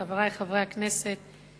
חברי חברי הכנסת,